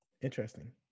Interesting